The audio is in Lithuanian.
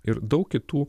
ir daug kitų